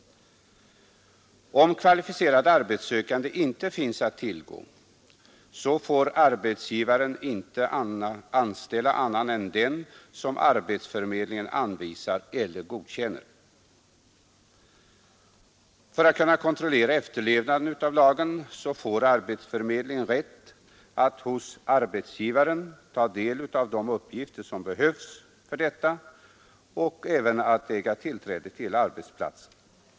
Om kvalificerad arbetssökande inte finns att tillgå får arbetsgivaren inte anställa annan än den som arbetsförmedlingen anvisar eller godkänner. För att kunna kontrollera efterlevnaden av lagen får arbetsförmedlingen rätt att hos arbetsgivare ta del av de uppgifter som behövs härför och äga tillträde till arbetsplats.